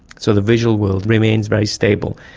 so the visual world remains very stable.